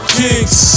kings